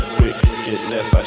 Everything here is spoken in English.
wickedness